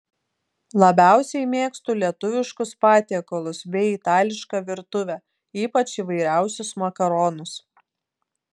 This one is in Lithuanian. labiausiai mėgstu lietuviškus patiekalus bei itališką virtuvę ypač įvairiausius makaronus